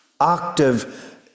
active